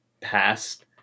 past